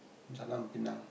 Jalan Pinang